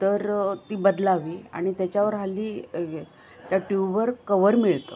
तर ती बदलावी आणि त्याच्यावर हल्ली त्या ट्यूबवर कवर मिळतं